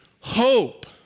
hope